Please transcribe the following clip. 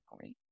point